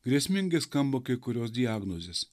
grėsmingai skamba kai kurios diagnozės